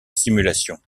simulation